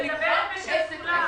ולבדוק עסק-עסק.